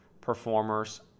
performers